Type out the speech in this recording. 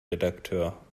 redakteur